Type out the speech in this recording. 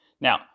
Now